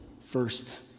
first